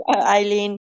Eileen